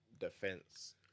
defense